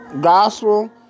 gospel